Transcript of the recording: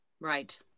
right